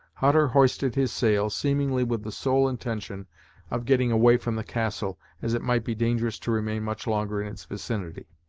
hutter hoisted his sail, seemingly with the sole intention of getting away from the castle, as it might be dangerous to remain much longer in its vicinity.